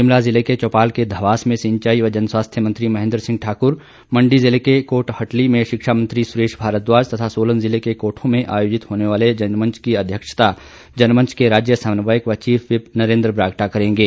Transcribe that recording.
शिमला जिले के चौपाल के धवास में सिंचाई व जनस्वास्थ्य मंत्री महेंद्र सिंह ठाकर मंडी जिले के कोटहटली में शिक्षा मंत्री सुरेश भारद्वाज तथा सोलन जिले के कोठों में आयोजित होने वाले जनमंच कार्यक्रम की अध्यक्षता जनमंच के राज्य समन्वयक व चीफ व्हिप नरेन्द्र बरागटा करेंगे